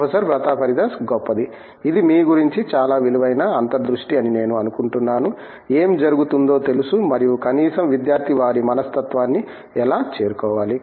professor Pratap Haridas గొప్పది ఇది మీ గురించి చాలా విలువైన అంతర్దృష్టి అని నేను అనుకుంటున్నాను ఏమి జరుగుతుందో తెలుసు మరియు కనీసం విద్యార్థి వారి మనస్తత్వాన్ని ఎలా చేరుకోవాలి